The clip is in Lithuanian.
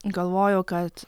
galvojau kad